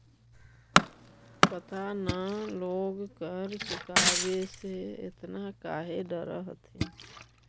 पता न लोग कर चुकावे से एतना काहे डरऽ हथिन